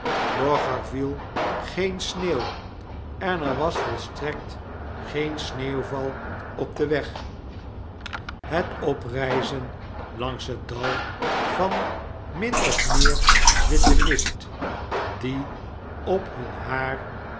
er viel geen sneeuw en er was volstrekt geen sneeuwval op den weg het oprijzen langs het dal van min of meer witten mist die op hun haar